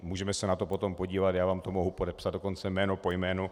Můžeme se na to potom podívat, já vám to mohu podepsat dokonce jméno po jménu.